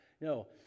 no